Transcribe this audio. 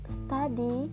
study